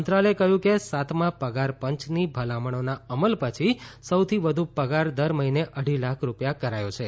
મંત્રાલયે કહ્યું કે સાતમા પગારપંચની ભલામણોના અમલ પછી સૌથી વધુ પગાર દર મહિને અઢી લાખ રૂપિયા કરાયો છે